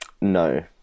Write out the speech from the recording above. No